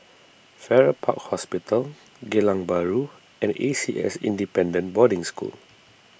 Farrer Park Hospital Geylang Bahru and A C S Independent Boarding School